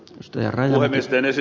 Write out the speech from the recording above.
ostaja rahalaitosten esi